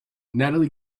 natalie